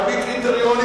על-פי קריטריונים,